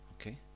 okay